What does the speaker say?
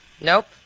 Nope